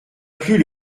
plus